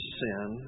sin